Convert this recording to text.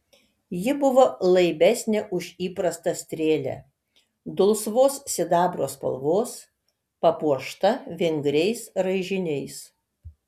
ji buvo laibesnė už įprastą strėlę dulsvos sidabro spalvos papuošta vingriais raižiniais